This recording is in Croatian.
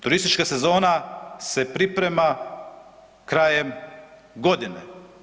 Turistička sezona se priprema krajem godine.